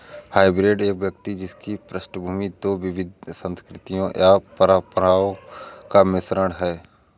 hybrid एक व्यक्ति जिसकी पृष्ठभूमि दो विविध संस्कृतियों या परंपराओं का मिश्रण है